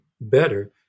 better